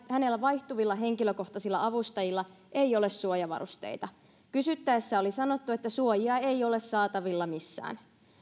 hänellä vaihtuvilla henkilökohtaisilla avustajilla ei ole suojavarusteita kysyttäessä oli sanottu että suojia ei ole saatavilla missään